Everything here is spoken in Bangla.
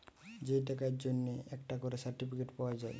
যে টাকার জন্যে একটা করে সার্টিফিকেট পাওয়া যায়